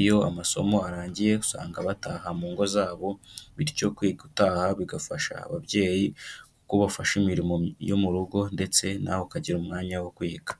iyo amasomo arangiye usanga bataha mu ngo zabo bityo kwiga utaha bigafasha ababyeyi kuko ubafasha imirimo yo mu rugo ndetse nawe ukagira umwanya wo kwiga.